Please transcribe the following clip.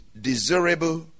desirable